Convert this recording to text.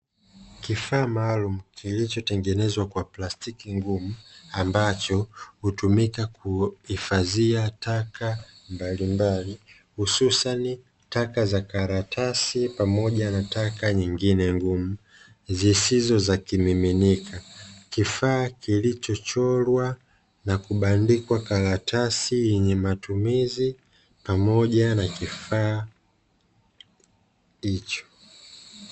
Kifaa maalumu kilichotengenezwa kwa plastiki ngumu ambacho hutumika kuhifadhia taka mbalimbali, hususani taka za karatasi pamoja na taka nyingine ngumu, zisizo za kimiminika. Kifaa kilichochorwa na kubandikwa karatasi yenye matumizi pamoja na kifaa hicho.